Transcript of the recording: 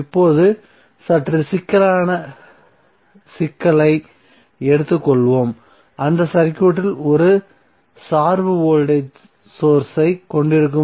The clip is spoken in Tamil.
இப்போது சற்று சிக்கலான சிக்கலை எடுத்துக் கொள்வோம் அந்த சர்க்யூட்டில் 1 சார்பு வோல்டேஜ் சோர்ஸ் ஐ கொண்டிருக்கும்